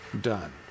done